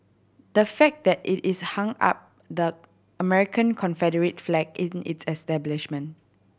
the fact that it is hung up the American Confederate flag in its establishment